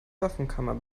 waffenkammer